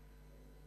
בעיניים.